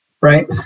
right